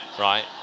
right